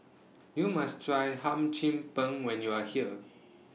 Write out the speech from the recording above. YOU must Try Hum Chim Peng when YOU Are here